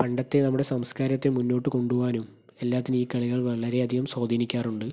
പണ്ടത്തെ നമ്മുടെ സംസ്കാരത്തെ മുന്നോട്ട് കൊണ്ടു പോകുവാനും എല്ലാത്തിനും ഈ കളികൾ വളരെ അധികം സ്വാധീനിക്കാറുണ്ട്